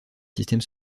système